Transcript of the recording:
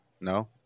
No